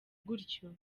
gutyo